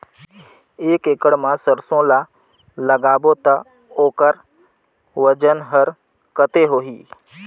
एक एकड़ मा सरसो ला लगाबो ता ओकर वजन हर कते होही?